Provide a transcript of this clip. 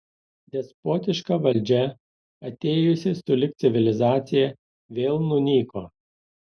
despotiška valdžia atėjusi sulig civilizacija vėl nunyko